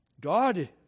God